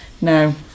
No